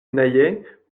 naillet